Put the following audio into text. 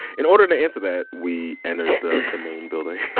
in order to answer that, we entered the the main building.